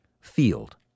field